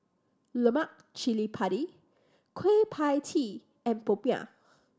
lemak cili padi Kueh Pie Tee and popiah